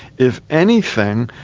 if anything,